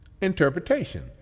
interpretation